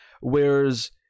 whereas